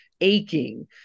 aching